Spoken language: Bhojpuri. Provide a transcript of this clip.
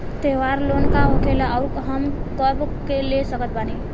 त्योहार लोन का होखेला आउर कब हम ले सकत बानी?